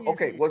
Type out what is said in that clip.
Okay